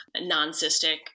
Non-cystic